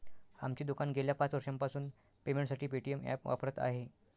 आमचे दुकान गेल्या पाच वर्षांपासून पेमेंटसाठी पेटीएम ॲप वापरत आहे